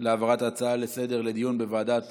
להעברת ההצעה לסדר-היום לדיון בוועדת